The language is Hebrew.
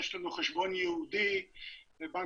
הפירות כמובן יכולים לשמש לפרויקטים כאלה